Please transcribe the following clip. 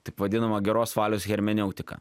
taip vadinama geros valios hermeneutika